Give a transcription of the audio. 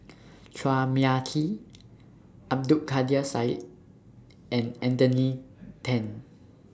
Chua Mia Tee Abdul Kadir Syed and Anthony Then